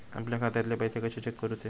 आपल्या खात्यातले पैसे कशे चेक करुचे?